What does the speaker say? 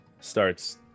starts